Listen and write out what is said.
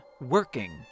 working